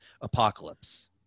Apocalypse